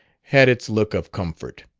had its look of comfort.